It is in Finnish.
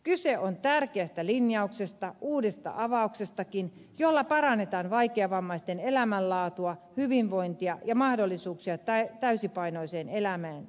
kyse on tärkeästä linjauksesta uudesta avauksestakin jolla parannetaan vaikeavammaisten elämänlaatua hyvinvointia ja mahdollisuuksia täysipainoiseen elämään